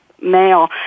male